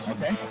Okay